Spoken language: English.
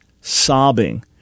sobbing